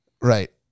right